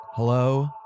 Hello